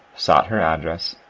sought her address,